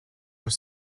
were